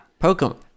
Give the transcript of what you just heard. Pokemon